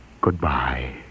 Goodbye